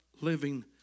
living